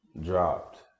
dropped